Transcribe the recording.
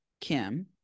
Kim